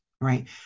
right